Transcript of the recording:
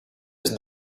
jest